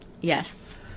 Yes